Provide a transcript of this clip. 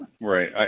right